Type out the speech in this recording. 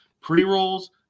pre-rolls